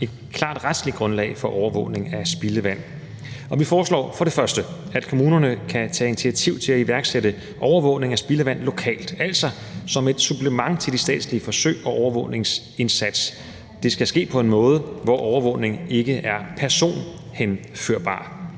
et klart retsligt grundlag for overvågning af spildevand. Vi foreslår for det første, at kommunerne kan tage initiativ til at iværksætte overvågning af spildevand lokalt, altså som et supplement til de statslige forsøg med en overvågningsindsats. Det skal ske på en måde, hvor overvågningen ikke er personhenførbar.